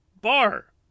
bar